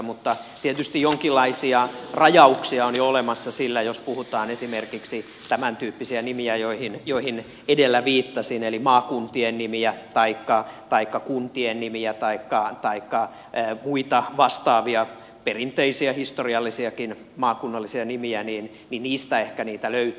mutta tietysti jonkinlaisia rajauksia on jo olemassa sillä jos puhutaan esimerkiksi tämäntyyppisistä nimistä joihin edellä viittasin eli maakuntien nimistä taikka kuntien nimistä taikka muista vastaavista perinteisistä historiallisistakin maakunnallisista nimistä niin niistä ehkä niitä löytyy